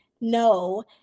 no